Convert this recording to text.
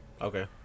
Okay